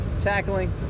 tackling